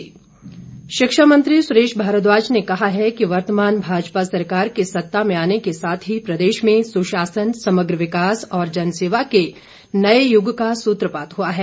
सुरेश भारद्वाज शिक्षा मंत्री सुरेश भारद्वाज ने कहा है कि वर्तमान भाजपा सरकार के सत्ता में आने के साथ ही प्रदेश में सुशासन समग्र विकास और जनसेवा के नए युग का सुत्रपात हुआ है